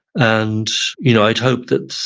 and you know i'd hope that,